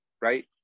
right